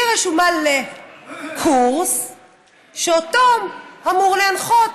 היא רשומה לקורס שאותו אמור להנחות